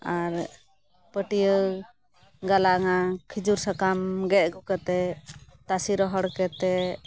ᱟᱨ ᱯᱟᱹᱴᱭᱟᱹ ᱜᱟᱞᱟᱝ ᱟ ᱠᱷᱤᱡᱩᱨ ᱥᱟᱠᱟᱢ ᱜᱮᱫ ᱟᱹᱜᱩ ᱠᱟᱛᱮᱫ ᱛᱟᱥᱮ ᱨᱚᱦᱚᱲ ᱠᱟᱛᱮᱫ